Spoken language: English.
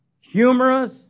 humorous